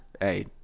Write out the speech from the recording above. Hey